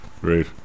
Great